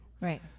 Right